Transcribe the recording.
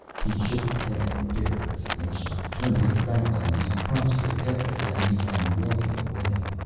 he shook his head in bitter resignation, turned his back on the prostrate hector, and began walking away.